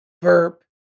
burp